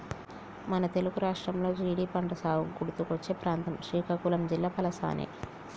మన తెలుగు రాష్ట్రాల్లో జీడి పంటసాగుకి గుర్తుకొచ్చే ప్రాంతం శ్రీకాకుళం జిల్లా పలాసనే